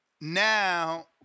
Now